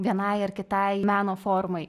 vienai ar kitai meno formai